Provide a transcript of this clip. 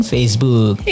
Facebook